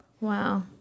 Wow